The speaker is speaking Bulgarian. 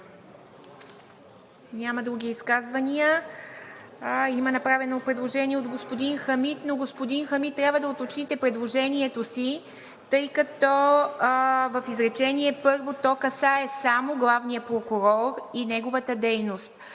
Няма други изказвания. Има направено предложение от господин Хамид. Но, господин Хамид, трябва да уточните предложението си, тъй като в изречение първо то касае само главния прокурор и неговата дейност.